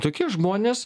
tokie žmonės